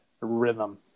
Rhythm